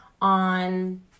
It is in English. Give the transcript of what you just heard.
on